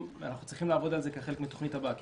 אנחנו צריכים לעבוד על זה כחלק מהתוכנית הבאה,